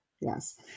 Yes